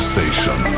Station